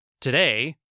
Today